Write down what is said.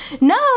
No